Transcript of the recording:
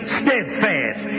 steadfast